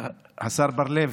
השר בר לב,